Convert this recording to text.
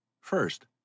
First